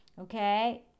Okay